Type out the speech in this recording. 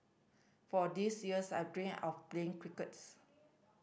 for this years I dreamed of playing crickets